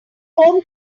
home